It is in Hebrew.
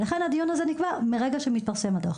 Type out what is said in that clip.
ולכן הדיון הזה נקבע כבר מרגע שמתפרסם הדוח.